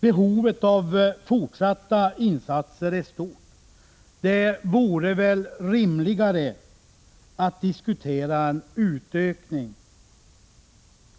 Behovet av fortsatta insatser är stort — det vore rimligare att diskutera en utökning